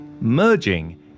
merging